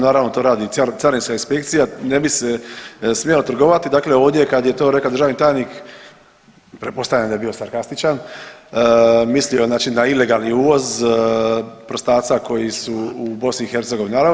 Naravno to radi Carinska inspekcija, ne bi se smjelo trgovati, dakle ovdje kada je to rekao državni tajnik, pretpostavljam da je bio sarkastičan, mislio je na ilegalni uvoz prstaca koji su u BiH, naravno.